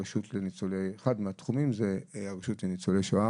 אחד מתחומי האחריות זה הרשות לניצולי שואה